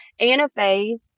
Anaphase